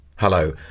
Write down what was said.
Hello